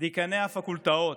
דיקני הפקולטות,